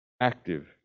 active